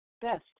best